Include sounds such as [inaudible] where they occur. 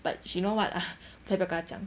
but she know what [breath] 才不要跟她讲